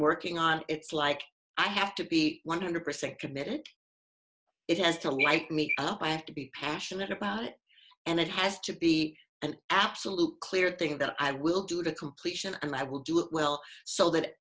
working on it's like i have to be one hundred percent committed it has to like me i have to be passionate about it and it has to be an absolute clear thing that i will do to completion and i will do it well so that